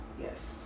yes